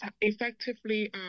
effectively